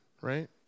right